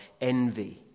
envy